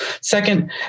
Second